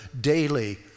daily